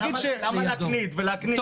למה להקניט ולהקניט?